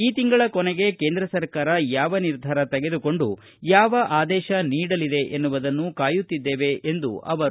ಈ ತಿಂಗಳ ಕೊನೆಗೆ ಕೇಂದ್ರ ಸರ್ಕಾರ ಯಾವ ನಿರ್ಧಾರ ತೆಗೆದುಕೊಂಡು ಯಾವ ಆದೇಶ ನೀಡಲಿದೆ ಎನ್ನುವುದನ್ನು ಕಾಯುತ್ತಿದ್ದೇವೆ ಎಂದರು